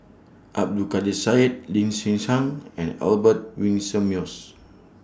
Abdul Kadir Syed Lee Hsien Yang and Albert Winsemius